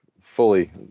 fully